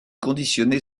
conditionné